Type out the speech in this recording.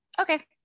Okay